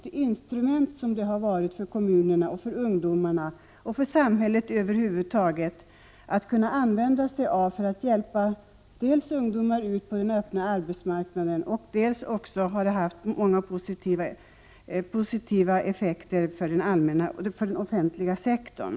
De har ju varit ett instrument för kommunerna och för samhället över huvud taget att använda sig av för att hjälpa ungdomar ut på den öppna arbetsmarknaden. Dessutom har de haft många positiva effekter för den offentliga sektorn.